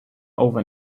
over